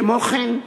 כמו כן,